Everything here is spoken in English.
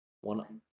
One